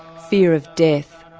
fear of death,